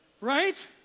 Right